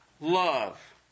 love